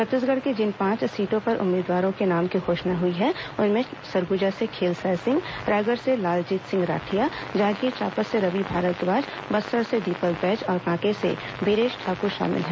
छत्तीसगढ़ के जिन पांच सीटों पर उम्मीदवारों के नाम की घोषणा हुई है उनमें सरगुजा से खेलसाय सिंह रायगढ़ से लालजीत सिंह राठिया जांजगीर चांपा से रवि भारद्वाज बस्तर से दीपक बैज और कांकेर से बीरेश ठाकुर शामिल हैं